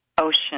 ocean